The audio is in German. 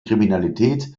kriminalität